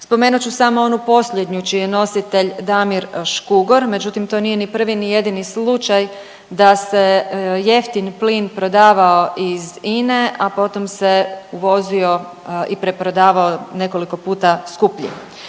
Spomenut ću samo onu posljednju čiji je nositelj Damir Škugor, međutim to nije ni prvi ni jedini slučaj da se jeftin plin prodavao iz INA-e, a potom se uvozio i preprodavao nekoliko puta skuplje.